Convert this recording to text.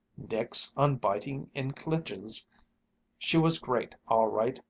nix on biting in clinches she was great, all right,